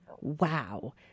wow